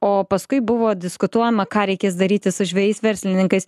o paskui buvo diskutuojama ką reikės daryti su žvejais verslininkais